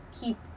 keep